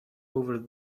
over